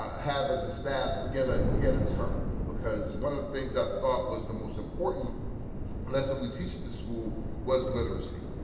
as a staff, began ah began to turn because one of the things i thought was the most important lesson we teach the school was literacy.